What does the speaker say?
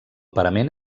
parament